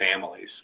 families